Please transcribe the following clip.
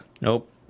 Nope